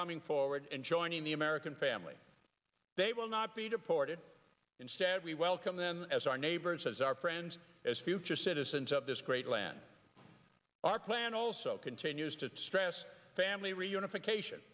coming forward and joining the american family they will not be deported instead we welcome them as our neighbors as our friends as future citizens of this great land our plan also continues to stress family reunification